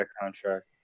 contract